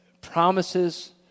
promises